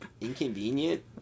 inconvenient